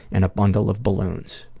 and a bundle of balloons.